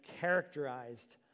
characterized